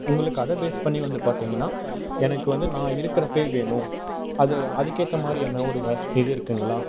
உங்களுக்கு அதை பேஸ் பண்ணி வந்து பார்த்தீங்கன்னா எனக்கு வந்து நான் இருக்குறப்பயே வேணும் அது அதுக்கேற்ற மாதிரி என்னவோ ஒரு இது இருக்குங்களா